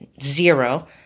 zero